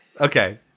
Okay